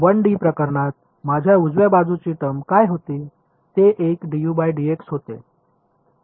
1 D प्रकरणात माझ्या उजव्या बाजूची टर्म काय होती ते एक du dx होते